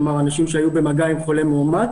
כלומר אנשים שהיו במגע עם חולה מאומת